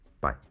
bye